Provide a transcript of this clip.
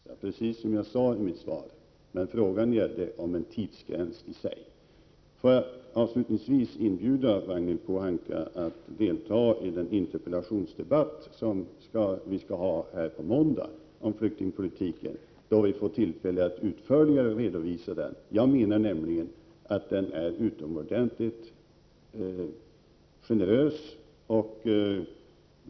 Herr talman! Låt mig bara tillägga att när det gäller humanitära skäl behandlas dessa precis som jag sade i mitt svar, men frågan gällde en tidsgräns i sig. Avslutningsvis vill jag inbjuda Ragnhild Pohanka att delta i den interpellationsdebatt om flyktingpolitiken som skall äga rum på måndag. Då får jag tillfälle att utförligare redovisa den. Jag menar nämligen att den är utomordentligt generös.